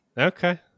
Okay